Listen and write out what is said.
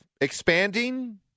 expanding